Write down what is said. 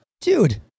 Dude